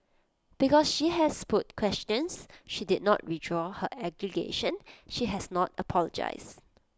because she has put questions she did not withdraw her allegation she has not apologised